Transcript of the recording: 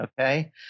okay